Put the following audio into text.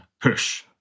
push